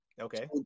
Okay